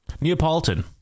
Neapolitan